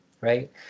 right